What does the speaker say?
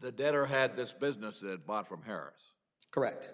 the debtor had this business that bought from harris correct